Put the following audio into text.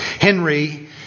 Henry